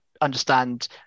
understand